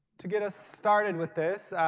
to get us started with this,